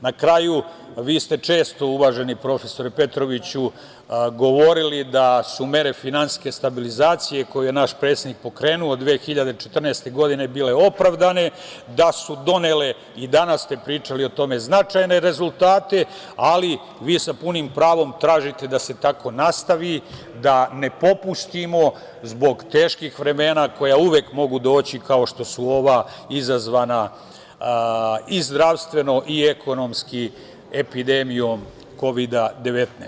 Na kraju, vi ste često, uvaženi prof. Petroviću, govorili da su mere finansijske stabilizacije koje je naš predsednik pokrenuo 2014. godine bile opravdane, da su donele, i danas ste pričali o tome, značajne rezultate, ali vi sa punim pravom tražite da se tako nastavi, da ne popustimo zbog teških vremena koja uvek mogu doći kao što su ova, izazvana i zdravstveno i ekonomski epidemijom Kovida -19.